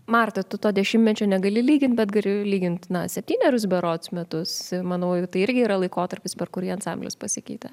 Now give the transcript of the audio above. marta tu to dešimtmečio negali lygint bet gali lygint na septynerius berods metus manau jau tai irgi yra laikotarpis per kurį ansamblis pasikeitė